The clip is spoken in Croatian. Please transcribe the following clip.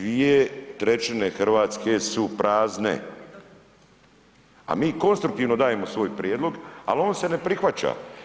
2/3 Hrvatske su prazne, a mi konstruktivno dajemo svoj prijedlog, ali on se ne prihvaća.